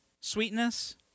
sweetness